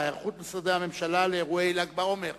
היערכות משרדי הממשלה לאירועי ל"ג בעומר במירון.